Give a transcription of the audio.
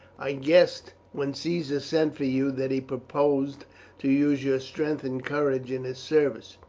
i guessed when caesar sent for you that he purposed to use your strength and courage in his service.